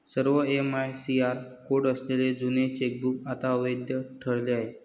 सर्व MICR code असलेले जुने चेकबुक आता अवैध ठरले आहे